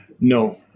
No